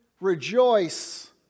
rejoice